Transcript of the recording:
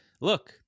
look